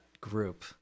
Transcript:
group